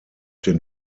den